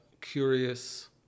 curious